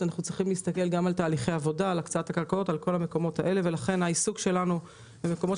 עלינו לייעל תהליכי עבודה אם אנחנו רוצים שאנשים